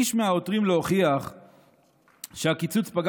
איש מהעותרים לא הוכיח שהקיצוץ פגע